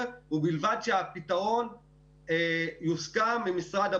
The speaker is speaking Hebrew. ובלבד שהפתרון יוסכם עם משרד הבריאות,